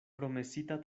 promesita